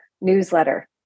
newsletter